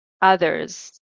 others